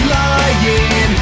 lying